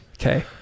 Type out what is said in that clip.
okay